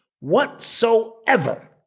whatsoever